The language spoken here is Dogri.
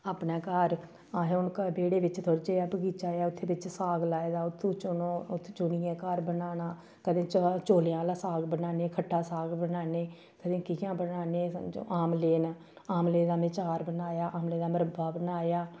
अपने घर असें हून बेह्डे़े बिच्च थोह्ड़ा जेहा बगीचा ऐ उत्थै बिच्च साग लाए दा उत्थूं चुनो उत्थूं चुनियै घर बनाना कदें चवा चोलें आह्ला साग बन्नाने खट्टा साग बन्नाने कदें कियां बनाने समझो आमले न आमले दा में चार बनाया आवलें दा मरब्बा बनाया